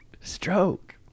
Stroke